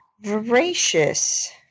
Voracious